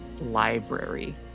library